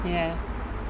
ya